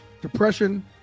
depression